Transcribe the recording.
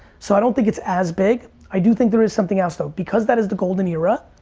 so i don't think it's as big. i do think there is something else though because that is the golden era.